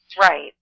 Right